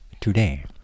today